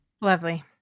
Lovely